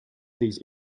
these